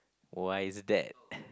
why is that